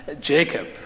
Jacob